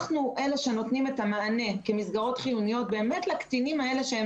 אנחנו אלה שנותנים את המענה כמסגרות חיוניות לקטינים האלה שהם